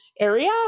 area